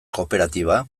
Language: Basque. kooperatiba